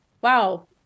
wow